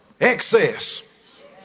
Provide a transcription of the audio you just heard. Excess